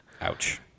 ouch